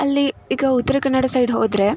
ಅಲ್ಲಿ ಈಗ ಉತ್ತರ ಕನ್ನಡ ಸೈಡ್ ಹೋದರೆ